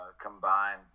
combined